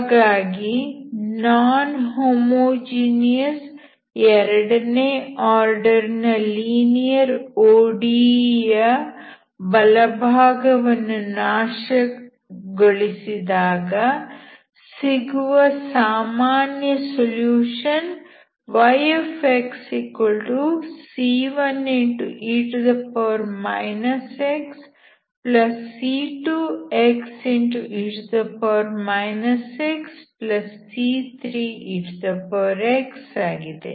ಹಾಗಾಗಿ non homogeneous ಎರಡನೇ order ನ ಲೀನಿಯರ್ ODE ಯ ಬಲಭಾಗವನ್ನು ನಾಶಗೊಳಿಸಿದಾಗ ಸಿಗುವ ಸಾಮಾನ್ಯ ಸೊಲ್ಯೂಷನ್ yxc1e xc2xe xc3ex ಆಗಿದೆ